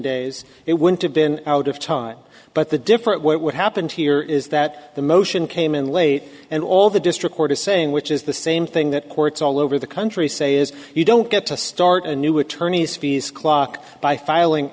days it would have been out of time but the different what happened here is that the motion came in late and all the district court is saying which is the same thing that courts all over the country say is you don't get to start a new attorneys fees clock by filing